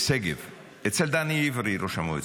שגב אצל דני עברי, ראש המועצה,